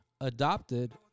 adopted